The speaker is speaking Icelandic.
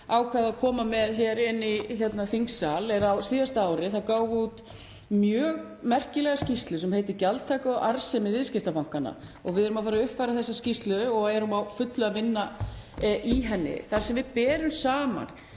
ákvað að koma með hér inn í þingsal, er að á síðasta ári gáfum við út mjög merkilega skýrslu sem heitir Gjaldtaka og arðsemi viðskiptabankanna og við erum að fara að uppfæra þessa skýrslu og erum á fullu að vinna í henni þar sem við berum saman